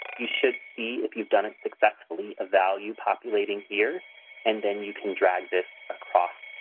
you should see if you've done it successfully a value populating here and then you can drag this across